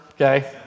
okay